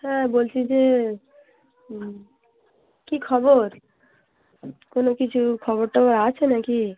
হ্যাঁ বলছি যে কী খবর কোনো কিছু খবর টবর আছে না কি